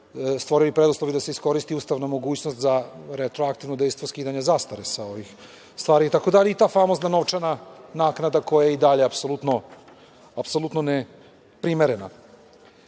stvorili preduslovi da se iskoristi ustavna mogućnost za retroaktivno dejstvo skidanje zastare sa ovih stvari itd, i ta famozna novčana naknada koja je i dalje, apsolutno neprimerena. Zato